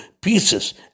pieces